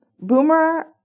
Boomer